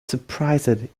surprised